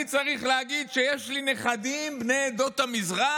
אני צריך להגיד שיש לי נכדים בני עדות המזרח?